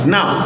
Now